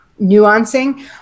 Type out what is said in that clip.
nuancing